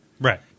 Right